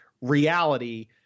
reality